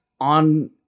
on